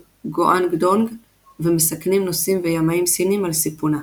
גואנגדונג ומסכנים נוסעים וימאים סינים על סיפונה.